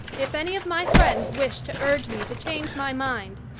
if any of my friends wish to urge me to change my mind,